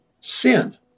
sin